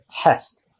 test